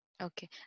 okay